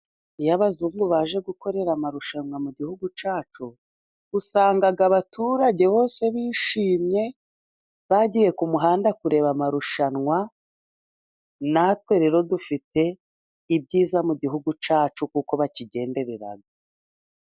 Iyo abazungu baje gukorera amarushanwa mu gihugu cyacu, usanga abaturage bose bishimye, bagiye ku muhanda kureba amarushanwa, natwe rero dufite ibyiza mu gihugu cyacu, kuko bakigenderera.